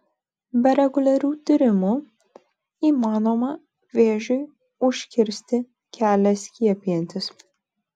be reguliarių tyrimų įmanoma vėžiui užkirsti kelią skiepijantis